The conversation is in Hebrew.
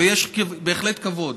ויש בהחלט כבוד,